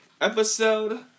Episode